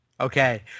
Okay